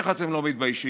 איך אתם לא מתביישים?